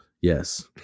Yes